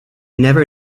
never